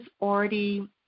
already –